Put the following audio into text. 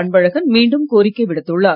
அன்பழகன் மீண்டும் கோரிக்கை விடுத்துள்ளார்